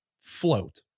float